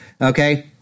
Okay